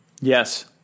Yes